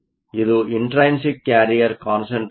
ಇದು intrinsic carrier concentration ಆಗಿದೆ